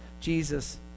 Jesus